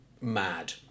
mad